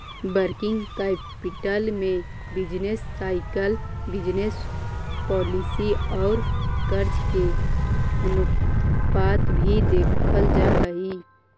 working capital में business cycle business policy औउर कर्ज के अनुपात भी देखल जा हई